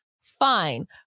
Fine